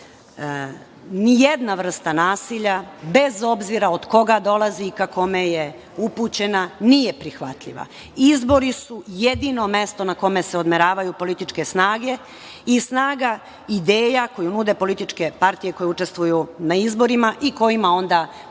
nije prihvatljivo. Izbori su jedino mesto na kome se odmeravaju političke snage i snaga ideja koje nude političke partije koje učestvuju na izborima i kojima onda građani